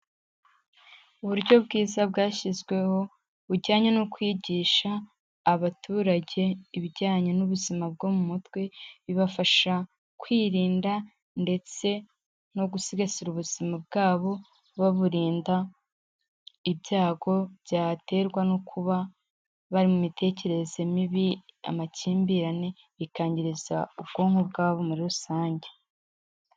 Uburyo bwiza bwashyizweho bujyanye no kwigisha abaturage ibijyanye n'ubuzima bwo mu mutwe, bibafasha kwirinda ndetse no gusigasira ubuzima bwabo, baburinda ibyago byaterwa no kuba bari mu mitekerereze mibi, amakimbirane, bikangiriza ubwonko bwabo muri rusange.